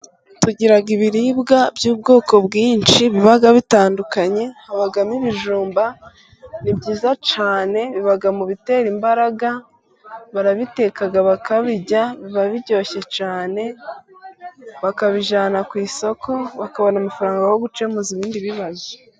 Tugira ibiribwa by'ubwoko bwinshi biba bitandukanye, habamo ibijumba ni byiza cyane biba mu bitera imbaraga. Barabiteka bakabirya biba biryoshye cyane, bakabijyana ku isoko bakabona amafaranga yo gukemuza ibindi bibazo.